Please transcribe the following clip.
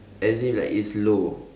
as in like it's low